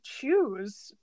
choose